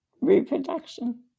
reproduction